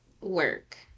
work